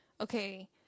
okay